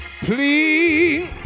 Please